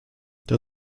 der